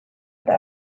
eta